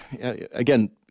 again